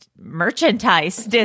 merchandise